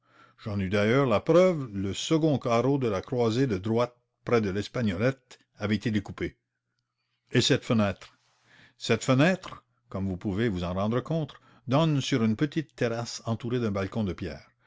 j'en eus d'ailleurs la preuve le second carreau de la croisée de droite prés de l'espagnolette avait été découpé et cette fenêtre cette fenêtre comme vous pouvez vous en rendre compte donne sur une petite terrasse entourée d'un balcon de pierre